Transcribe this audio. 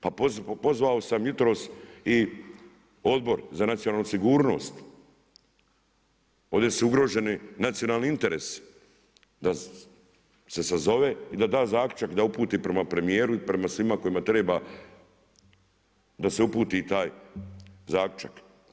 Pa pozvao sam jutros i Odbor za nacionalnu sigurnost, ovdje su ugroženi nacionalni interesi, da se sazove i da zaključak da uputi prema premijeru i prema svima prema kojima treba da se uputi taj zaključak.